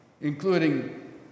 including